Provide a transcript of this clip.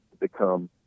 become